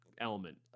Element